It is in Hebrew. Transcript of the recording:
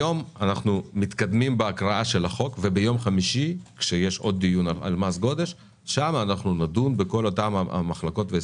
היום נתקדם בהקראה של הצעת החוק וביום חמישי נדון על כל המחלוקות.